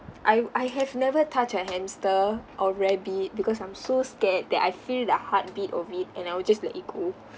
I I have never touched a hamster or rabbit because I'm so scared that I feel the heartbeat of it and I will just let it go